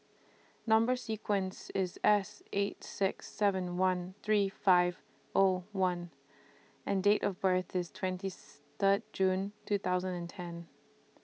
Number sequence IS S eight six seven one three five O one and Date of birth IS twenty Third June two thousand and ten